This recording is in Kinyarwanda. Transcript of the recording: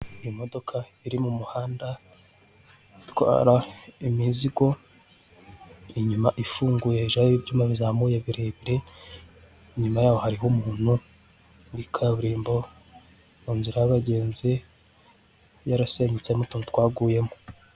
Imodoka iri mu muhanda itwara imizigo inyuma ifunguye hejuru hariho ibyuma bizamuye birebire, inyuma yaho hariho umuntu muri kaburimbo mu nzira y'abagenzi yarasenyutse mu tuntu twaguyemo.